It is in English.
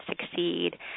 succeed